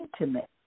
intimate